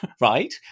Right